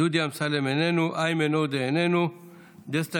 דודי אמסלם, איננו, איימן עודה, איננו,